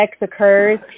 occurs